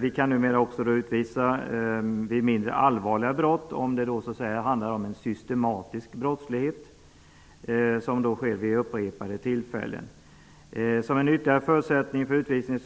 Vi kan nu också utvisa vid mindre allvarliga brott om det handlar om systematisk brottslighet vid upprepade tillfällen. Vidare